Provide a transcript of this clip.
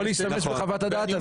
אתה יכול להשתמש בחוות הדעת הזאת.